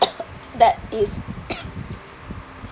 that is